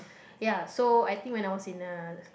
ya so I think when I was in a